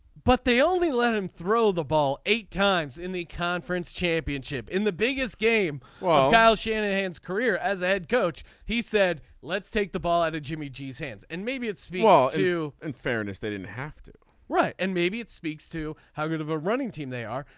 but they only let him throw the ball eight times in the conference championship in the biggest game. well kyle shanahan's career as a head coach. he said let's take the ball out of jimmy g's hands and maybe it's all too. in fairness they didn't have to. right. and maybe it speaks to how good of a running team they are.